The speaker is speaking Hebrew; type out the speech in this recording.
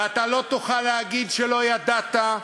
ואתה לא תוכל להגיד שלא ידעת.